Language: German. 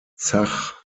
zach